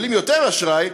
שמקבלים יותר אשראי,